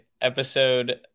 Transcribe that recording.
Episode